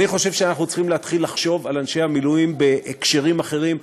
אני חושב שאנחנו צריכים להתחיל לחשוב על אנשי המילואים בהקשרים אחרים,